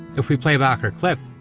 if we play back our clip,